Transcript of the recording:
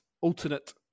alternate